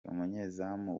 umunyezamu